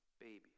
babies